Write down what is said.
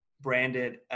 branded